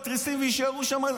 את התריסים ויישארו שם,